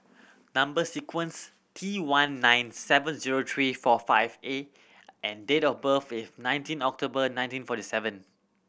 number sequence T one nine seven zero three four five A and date of birth is nineteen October nineteen forty seven